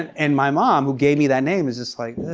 and my mom who gave me that name is just like,